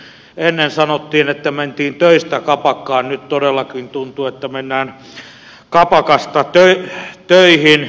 ennen sanottiin että mentiin töistä kapakkaan nyt todellakin tuntuu että mennään kapakasta töihin